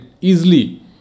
easily